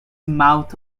mouth